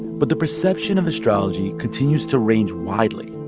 but the perception of astrology continues to range widely.